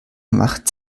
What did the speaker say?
machte